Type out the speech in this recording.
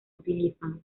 utilizan